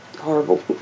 horrible